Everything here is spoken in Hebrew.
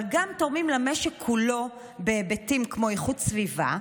אבל גם תורמים למשק כולו בהיבטים כמו איכות סביבה,